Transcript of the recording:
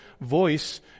voice